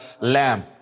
lamb